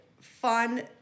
fun